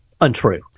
untrue